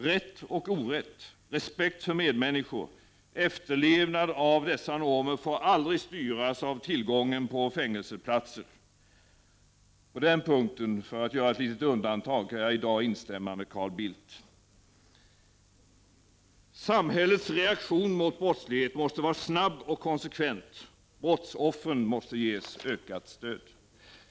Rätt och orätt, respekt för medmänniskor, efterlevnad av dessa normer får aldrig styras av tillgången på fängelseplatser. På den punkten — för att göra ett litet undantag — vill jag här i dag instämma med Carl Bildt. Samhällets reaktion mot brottslighet måste vara snabb och konsekvent. Brottsoffren måste ges ökat stöd.